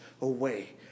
away